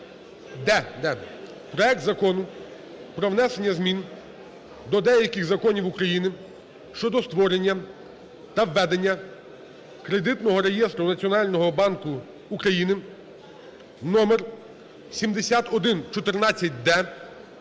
проект Закону про внесення змін до деяких законів України щодо створення та ведення Кредитного реєстру Національного банку України № 7114-д